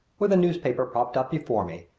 with a newspaper propped up before me,